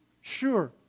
Sure